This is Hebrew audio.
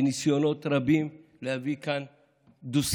בניסיונות רבים להביא כאן דו-שיח.